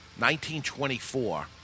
1924